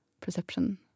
perception